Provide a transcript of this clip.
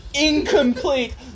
incomplete